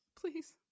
please